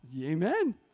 Amen